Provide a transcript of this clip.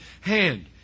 hand